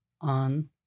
on